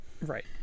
Right